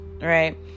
right